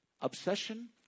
obsession